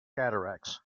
cataracts